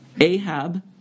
Ahab